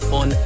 on